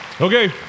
Okay